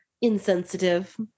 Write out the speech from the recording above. Insensitive